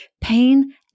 pain